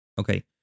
Okay